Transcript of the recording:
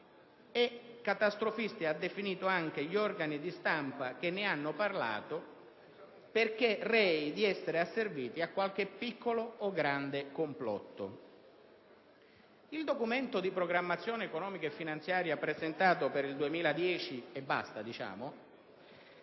qualificati e anche gli organi di stampa che ne hanno parlato, perché rei di essere asserviti a qualche piccolo o grande complotto. Il Documento di programmazione economico-finanziaria presentato per il 2010 (e basta) il